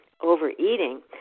overeating